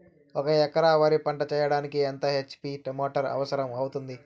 ఒక ఎకరా వరి పంట చెయ్యడానికి ఎంత హెచ్.పి మోటారు అవసరం అవుతుంది?